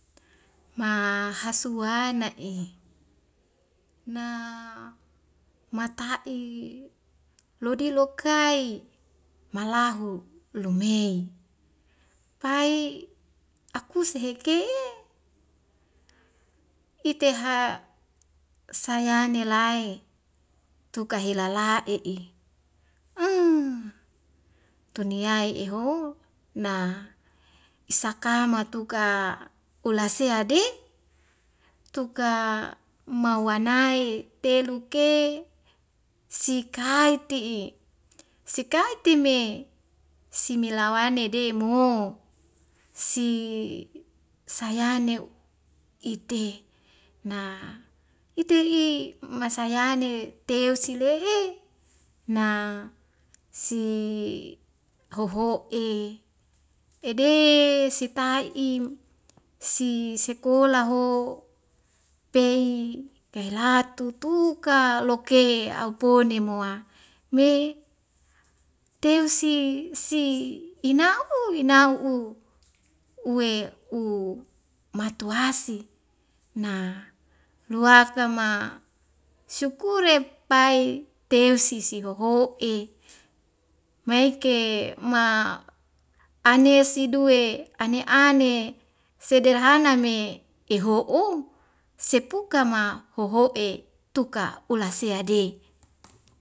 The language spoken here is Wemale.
Mahasua na'i na mata'i lodi lokai malahu lumei pai akuse heke'e iteha sayane lae tuka hela la'i i uuuuu tuniyai eho na isaka matuka olasea de tuka mauwanai teluk ke sikaite'i sikaiti simelawani de moho si sayane iteh na ite'ye masayane teu sile'e na si hoho'e tede sitai i si sekola ho tei kailatu tutuka loke aupone moa me teu si ina'u inau u uwe u matuwasi na nuakama sukure pai teu si sihoho'e meke ma aune sidue ane ane sederhana me eho'o sepuka ma hoho'e tuka ula sea de